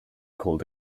called